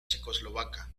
checoslovaca